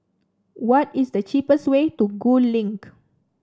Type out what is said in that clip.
what is the cheapest way to Gul Link